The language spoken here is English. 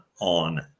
on